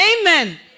Amen